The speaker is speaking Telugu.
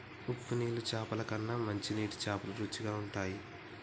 ఉప్పు నీళ్ల చాపల కన్నా మంచి నీటి చాపలు రుచిగ ఉంటయ్